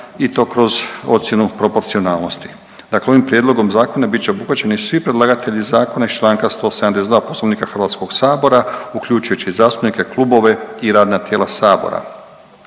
i to kroz ocjenu proporcionalnosti. Dakle ovim prijedlogom zakona bit će obuhvaćeni svi predlagatelji zakona iz čl. 172. Poslovnika HS, uključujući i zastupnike i klubove i radna tijela sabora.